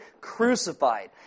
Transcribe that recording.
crucified